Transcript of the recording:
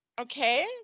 Okay